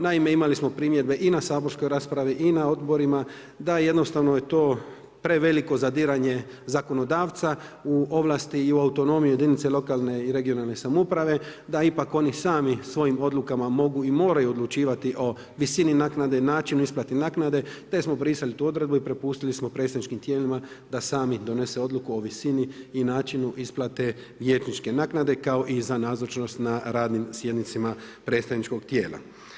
Naime, imali smo primjedbe i na saborskoj raspravi i na odborima da jednostavno je to preveliko zadiranje zakonodavca u ovlasti i u autonomiju jedinice lokalne i regionalne samouprave, da ipak oni sami svojim odlukama mogu i moraju odlučivati o visini naknade, načinu isplate naknade, te smo brisali tu odredbu i prepustili smo predstavničkim tijelima da sami donese odluku o visini i načinu isplate vijećničke naknade kao i za nazočnost na radnim sjednicama predstavničkog tijela.